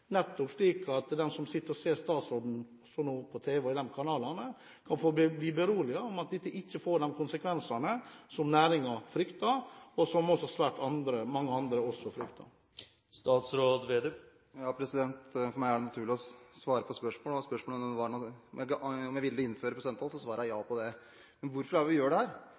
slik at de som sitter og ser statsråden på TV og andre kanaler, kan bli beroliget for at dette ikke får de konsekvensene som næringen frykter, og som også svært mange andre frykter. For meg er det naturlig å svare på spørsmål. Spørsmålet var om jeg var villig til å innføre prosenttoll, og da svarte jeg ja på det. Men hvorfor gjør vi